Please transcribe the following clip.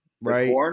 right